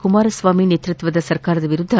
ಕುಮಾರಸ್ವಾಮಿ ನೇತೃತ್ವದ ಸರ್ಕಾರದ ವಿರುದ್ದ